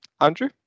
Andrew